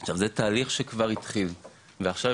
עכשיו זה תהליך שכבר התחיל ועכשיו